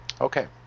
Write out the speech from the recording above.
Okay